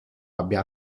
abbia